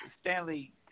Stanley